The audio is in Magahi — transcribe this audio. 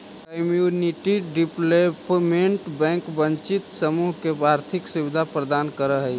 कम्युनिटी डेवलपमेंट बैंक वंचित समूह के आर्थिक सुविधा प्रदान करऽ हइ